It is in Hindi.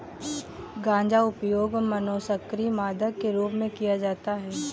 गांजा उपयोग मनोसक्रिय मादक के रूप में किया जाता है